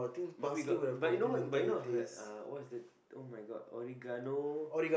but we got but you know but you know heard uh what is that [oh]-my-god Oregano